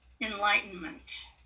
enlightenment